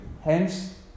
Hence